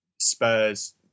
Spurs